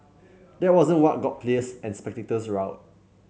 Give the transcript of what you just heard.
that wasn't what got players and spectators riled